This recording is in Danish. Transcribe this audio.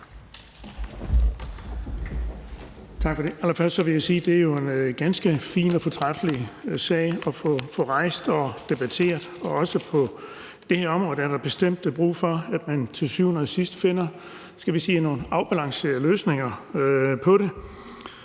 jo er en ganske fin og fortræffelig sag at få rejst og debatteret. Også på det her område er der bestemt brug for, at man til syvende og sidst finder nogle, skal vi sige afbalancerede løsninger på det,